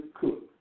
cook